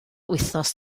wythnos